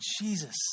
Jesus